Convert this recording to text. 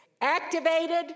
activated